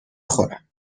خورم